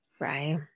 Right